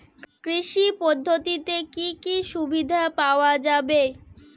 কৃষি পদ্ধতিতে কি কি সুবিধা পাওয়া যাবে?